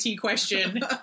question